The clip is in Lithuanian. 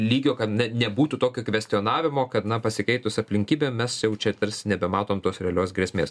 lygio kad ne nebūtų tokio kvestionavimo kad na pasikeitus aplinkybėm mes jau čia tarsi nebematom tos realios grėsmės